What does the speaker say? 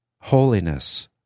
holiness